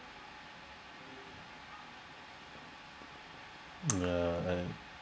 ya and